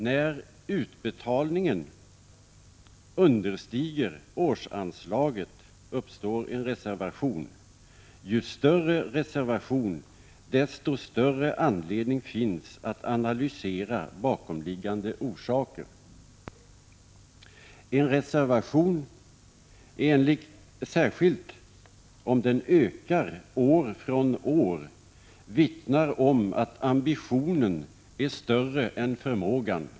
När utbetalningen understiger årsanslaget uppstår en reservation. Ju större reservation, desto större anledning finns att analysera bakomliggande orsaker. En reservation, särskilt om den ökar år från år, vittnar om att ambitionen är större än förmågan.